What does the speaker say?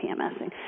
PMSing